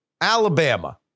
Alabama